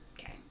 Okay